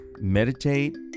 meditate